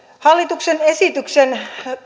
hallituksen esityksen